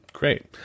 Great